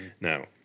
Now